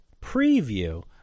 preview